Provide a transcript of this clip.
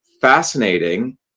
fascinating